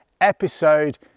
episode